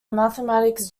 mathematics